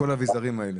לכל האביזרים האלה.